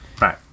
Right